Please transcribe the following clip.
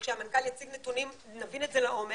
וכשהמנכ"ל יציג נתונים נבין את זה לעומק,